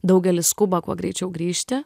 daugelis skuba kuo greičiau grįžti